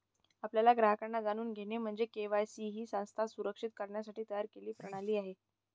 आपल्या ग्राहकांना जाणून घेणे म्हणजे के.वाय.सी ही संस्था सुरक्षित करण्यासाठी तयार केलेली प्रणाली आहे